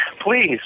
Please